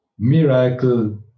miracle